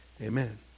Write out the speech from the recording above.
Amen